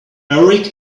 erik